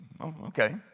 Okay